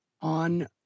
on